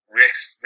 risk